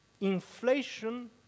inflation